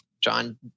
John